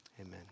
Amen